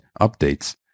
updates